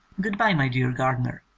good-bye, my dear gardner,